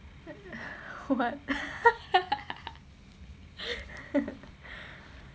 what